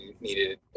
needed